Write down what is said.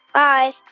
bye